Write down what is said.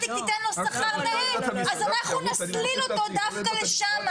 טק תיתן לו שכר אז אנחנו נסליל אותו דווקא לשמה,